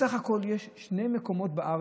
בסך הכול יש שני מקומות בארץ,